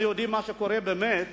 אנחנו יודעים מה שקורה באמת